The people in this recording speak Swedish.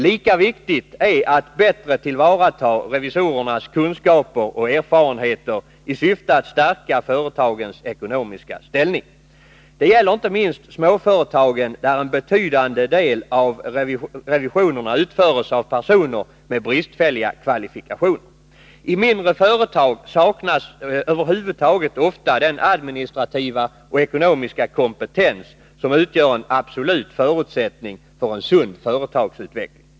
Lika viktigt är att bättre tillvarata revisorernas kunskaper och erfarenheter i syfte att stärka företagens ekonomiska ställning. Detta gäller inte minst småföretagen, där en betydande del av revisionerna utförs av personer med bristfälliga kvalifikationer. I mindre företag saknas över huvud taget ofta den administrativa och ekonomiska kompetens som utgör en absolut förutsättning för en sund företagsutveckling.